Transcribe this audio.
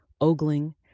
ogling